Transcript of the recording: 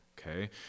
okay